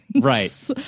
right